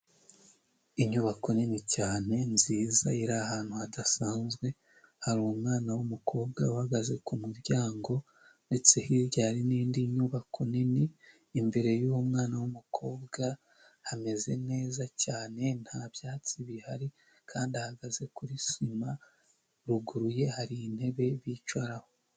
Inyubako nini cyane nziza iri ahantu hadasanzwe hari umwana w'umukobwa uhagaze k'umuryango ndetse hirya hari n'indi nyubako nini, imbere yuwo mwana wumukobwa hameze neza cyane nta byatsi bihari kandi hameze nko kuri sima, ruguru yaho hari intebe bicaraho.